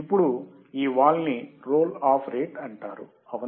ఇప్పుడు ఈ వాలు ని రోల్ ఆఫ్ రేట్ అంటారు అవునా